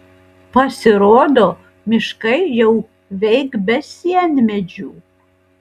pasirodo miškai jau veik be sienmedžių